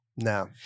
No